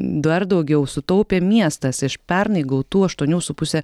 dar daugiau sutaupė miestas iš pernai gautų aštuonių su puse